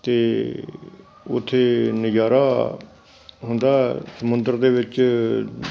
ਅਤੇ ਉੱਥੇ ਨਜ਼ਾਰਾ ਹੁੰਦਾ ਸਮੁੰਦਰ ਦੇ ਵਿੱਚ